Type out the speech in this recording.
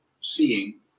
seeing